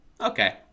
okay